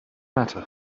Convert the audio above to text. matter